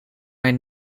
mij